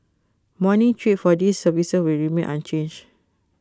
morning trips for these services will remain unchanged